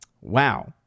Wow